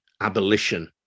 abolition